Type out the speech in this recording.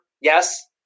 Yes